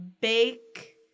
bake